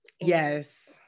yes